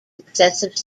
successive